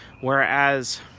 Whereas